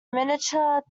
miniature